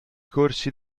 corsi